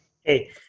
Hey